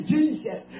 Jesus